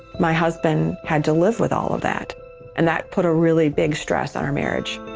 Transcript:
my husband had to live with all of that and that put a really big stress on our marriage.